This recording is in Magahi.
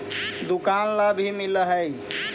दुकान ला भी मिलहै?